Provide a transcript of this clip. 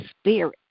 spirit